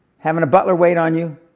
having a butler wait on you,